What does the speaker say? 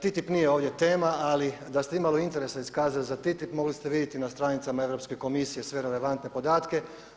TTIP nije ovdje tema ali da ste imalo interesa iskazali za TTIP mogli ste vidjeti na stranicama Europske komisije sve relevantne podatke.